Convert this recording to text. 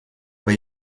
bei